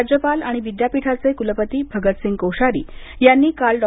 राज्यपाल आणि विद्यापीठाचे कुलपती भगतसिंह कोश्यारी यांनी काल डॉ